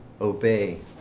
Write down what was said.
obey